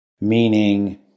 Meaning